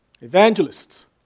evangelists